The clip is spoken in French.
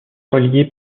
reliées